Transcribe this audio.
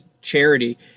charity